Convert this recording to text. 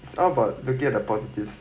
it's all about looking at the positive